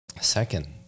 second